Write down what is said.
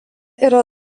yra